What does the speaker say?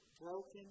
broken